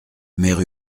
mère